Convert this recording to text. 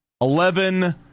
eleven